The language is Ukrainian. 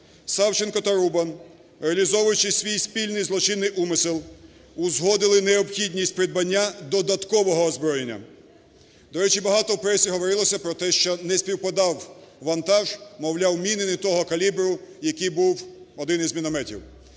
Савченко та Рубан, реалізовуючи свій спільний злочинний умисел, узгодили необхідність придбання додаткового озброєння. До речі, багато в пресі говорилося про те, що не співпадав вантаж: мовляв, міни не того калібру, який був один із мінометів.